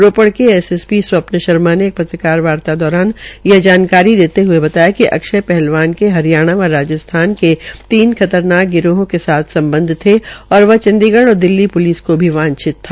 रोपड़ की एसएसपी स्वप्न शर्मा ने एक पत्रकार वार्ता दौरान यह जानकारी देते हये बताया कि अक्षय पहलवान के हरियाणा व राजस्थान के तीन खतरनाक गिराहों के साथ सम्बध थे और वह चंडीगढ़ और दिल्ली प्लिस को भी वांछित था